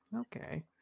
Okay